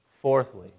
Fourthly